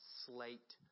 slate